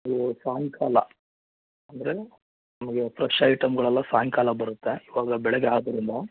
ಅದು ಸಾಯಂಕಾಲ ಅಂದರೆ ನಿಮಗೆ ಫ್ರೆಶ್ ಐಟೆಮ್ಗಳೆಲ್ಲ ಸಾಯಂಕಾಲ ಬರುತ್ತೆ ಇವಾಗ ಬೆಳಗ್ಗೆ ಆದ್ರೂ